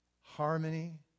harmony